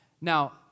Now